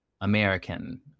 American